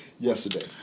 yesterday